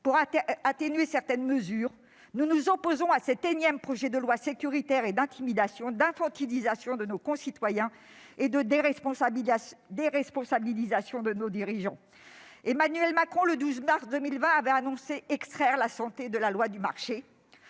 lois d'atténuer certaines mesures, nous nous opposons à ce énième projet de loi sécuritaire, d'intimidation et d'infantilisation de nos concitoyens et de déresponsabilisation de nos dirigeants. Emmanuel Macron avait annoncé, le 12 mars 2020, extraire la santé de la loi du marché.